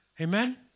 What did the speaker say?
Amen